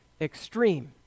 extreme